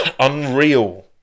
unreal